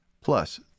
Plus